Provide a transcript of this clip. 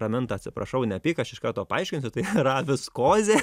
raminta atsiprašau nepyk aš iš karto paaiškinsiu tai yra viskozė